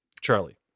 Charlie